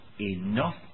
enough